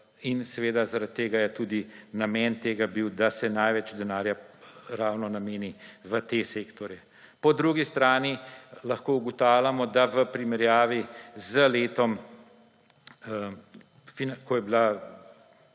in zaradi tega je tudi namen tega bil, da se največ denarja nameni ravno tem sektorjem. Po drugi strani lahko ugotavljamo, da v primerjavi z letom, ko je bila